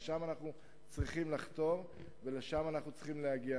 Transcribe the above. לשם אנחנו צריכים לחתור, ולשם אנחנו צריכים להגיע.